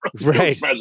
Right